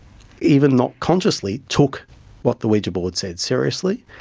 even not consciously, took what the ouija board said seriously.